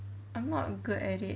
I'm not good at it